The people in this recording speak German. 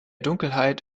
dunkelheit